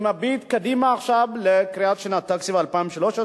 אני מביט עכשיו קדימה לקראת שנת תקציב 2013,